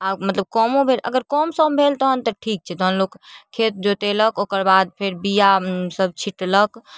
आओर मतलब कमो भेल अगर कम सम भेल तहन तऽ ठीक छै तहन लोक खेत जोतेलक ओकर बाद बिआ सब छिटलक